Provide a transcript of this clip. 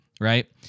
right